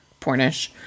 pornish